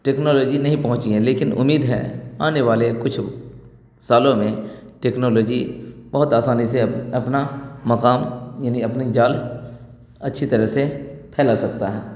technology نہیں پہنچی ہے لیکن امید ہے آنے والے کچھ سالوں میں ٹیکنالوجی بہت آسانی سے اپنا مقام یعنی اپنی جال اچھی طرح سے پھیلا سکتا ہے